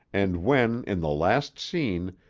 and when, in the last scene,